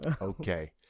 Okay